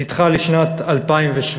נדחה לשנת 2017,